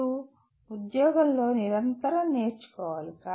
మీరు ఉద్యోగంలో నిరంతరం నేర్చుకోవాలి